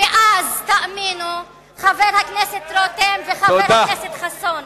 ואז, תאמינו, חבר הכנסת רותם וחבר הכנסת חסון,